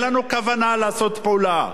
אין לנו כוונה לעשות פעולה.